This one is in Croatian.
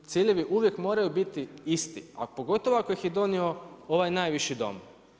Ciljevi uvijek moraju biti isti, a pogotovo ako ih je donio ovaj najviši Dom.